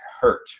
hurt